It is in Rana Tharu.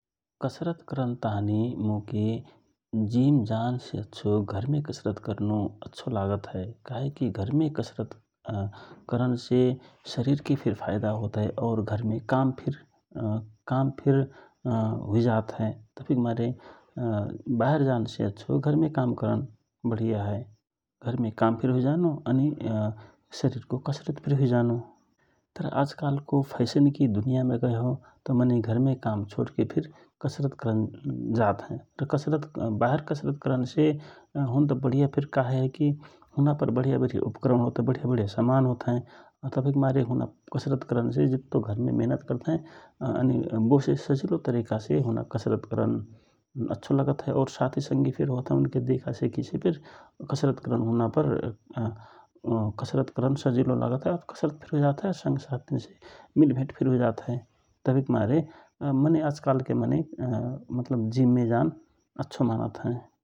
कसरत करन ताँहि मोके जिम जान से अच्छो घरमे कसरत करनो अच्छो लागत हए । काहे कि घरमे कसरत करन से फिर शरिरमे फाइदा होत और घरमे काम फिर हुइजात हए । तवहिक मारे वाहेर जान से अच्छो घरमे काम करन वढिया हए ।घरमे काम फिर हुइजानो शरिरके कसरत फिर हुइजानो । तर आज कालको फैसनकि दुनियामे कयहौ त घरमे काम छोडके तक कसरत करन जात हए । बाहेर कसरत करनसे होन त बढिया वढिया उपकरणा बढिया वढिया समान होत हए तवहिक मारे होनपर कसरत करन से जित्तो घरमे मेहनत करत हए बो से सजिलो तरिकासे हुना कसरत करन अच्छो लगत हए और साथि संगि फिर होत हए उनके देखासेखि से फिर कसरत हुना फिर कसरत करन सजिलो लागत हए । कसरत फिर हुइजात हए और संग साथिनसे भेटघाट फिर हुइजात हए तवहिक मारे मनै आजकालके मनै मतलब जिम्मे जान अच्छो मानत हए ।